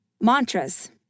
mantras